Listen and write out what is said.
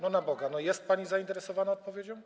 Na Boga, jest pani zainteresowana odpowiedzią?